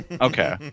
Okay